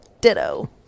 Ditto